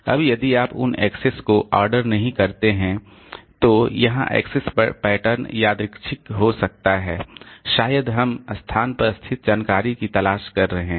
अब यदि आप उन एक्सेस को ऑर्डर नहीं करते हैं तो वहां एक्सेस पैटर्न यादृच्छिक हो सकता है शायद हम स्थान पर स्थित जानकारी की तलाश कर रहे हैं